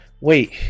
Wait